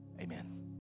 amen